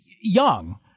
young